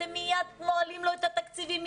אתם מיד נועלים לו את התקציבים.